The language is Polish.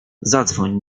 zadzwoń